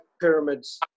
pyramids